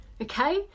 Okay